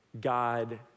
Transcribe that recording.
God